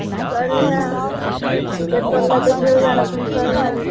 चललां कितें चललां तें देव जाणा पूण चललां